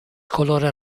colore